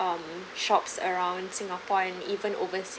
um shops around singapore and even overseas